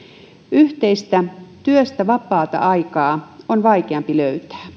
yhteistä työstä vapaata aikaa on vaikeampi löytää